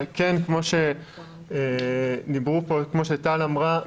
כמו שטל אמרה,